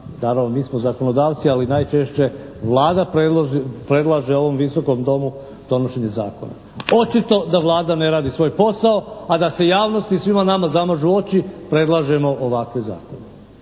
Naravno mi smo zakonodavci, ali najčešće Vlada predlaže ovom Visokom domu donošenje zakona. Očito da Vlada ne radi svoj posao, a da se javnosti i svima nama zamažu oči predlažemo ovakve zakone.